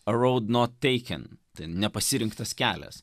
road not taken nepasirinktas kelias